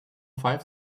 five